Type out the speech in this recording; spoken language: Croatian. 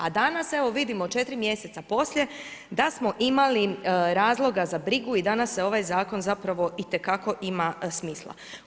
A danas, evo vidimo, četiri mjeseca poslije, da smo imali razloga za brigu i danas se ovaj Zakon zapravo itekako ima smisla.